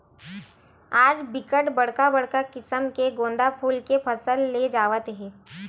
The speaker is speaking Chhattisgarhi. आज बिकट बड़का बड़का किसम के गोंदा फूल के फसल ले जावत हे